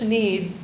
need